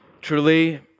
Truly